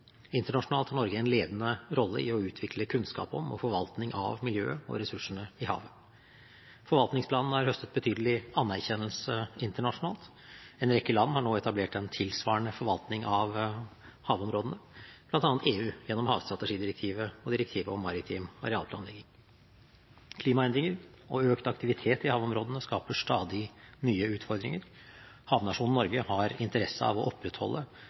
Internasjonalt har Norge en ledende rolle i å utvikle kunnskap om og forvaltning av miljøet og ressursene i havet. Forvaltningsplanene har høstet betydelig anerkjennelse internasjonalt. En rekke land har nå etablert en tilsvarende forvaltning av havområdene, bl.a. EU gjennom havstrategidirektivet og direktivet om maritim arealplanlegging. Klimaendringer og økt aktivitet i havområdene skaper stadig nye utfordringer. Havnasjonen Norge har interesse av å opprettholde